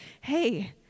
hey